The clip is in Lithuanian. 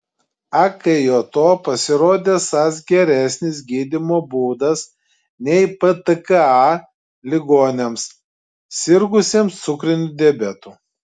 akjo pasirodė esąs geresnis gydymo būdas nei ptka ligoniams sirgusiems cukriniu diabetu